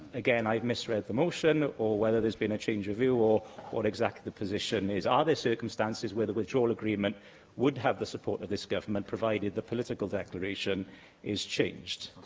again, i've misread the motion or whether there's been a change of view, or what exactly the position is? are there circumstances where the withdrawal agreement would have the support of this government, provided the political declaration is changed?